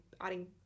adding